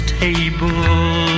table